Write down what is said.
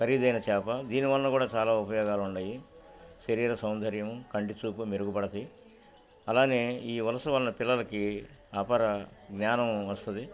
ఖరీదైన చేాప దీని వలన కూడా చాలా ఉపయోగాలు ఉన్నాయి శరీర సౌందర్యం కంటి చూపు మెరుగుపడత అలానే ఈ వలస వలన పిల్లలకి అపర జ్ఞానం వస్తది